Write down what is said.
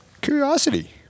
Curiosity